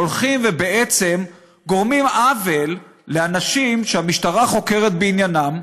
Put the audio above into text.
הולכים ובעצם גורמים עוול לאנשים שהמשטרה חוקרת בעניינם,